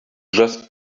just